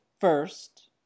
first